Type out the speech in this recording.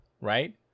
Right